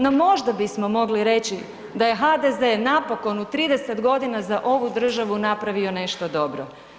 No možda bismo mogli reći da je HDZ napokon u 30 godina za ovu državu napravio nešto dobro.